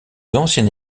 ancienne